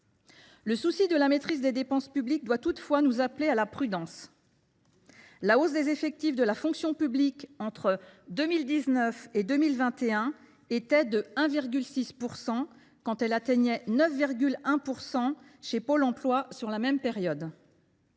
Le souci de la maîtrise des dépenses publiques doit toutefois nous appeler à la prudence : la hausse des effectifs de la fonction publique entre 2019 et 2021 était de 1,6 %, quand elle atteignait 9,1 % chez Pôle emploi sur la même période.